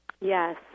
Yes